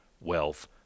wealth